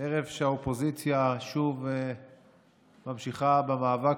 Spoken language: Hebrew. ערב שבו האופוזיציה שוב ממשיכה במאבק